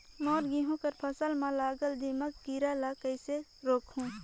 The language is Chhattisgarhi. मोर गहूं कर फसल म लगल दीमक कीरा ला कइसन रोकहू?